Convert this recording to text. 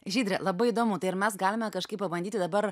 žydre labai įdomu tai ar mes galime kažkaip pabandyti dabar